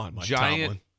giant